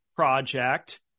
project